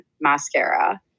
mascara